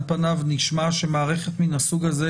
על פניו נשמע שמערכת מן הסוג הזה,